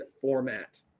format